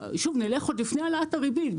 נלך עוד לפני העלאת הריבית.